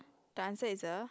the answer is the